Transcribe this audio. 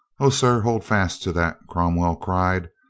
o, sir, hold fast to that! cromwell cried.